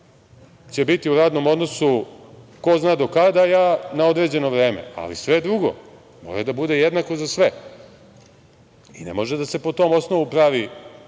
će biti u radnom odnosu ko zna do kada, a ja na određeno vreme, ali sve drugo mora da bude jednako za sve i ne može da se po tom osnovu pravi